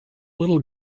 little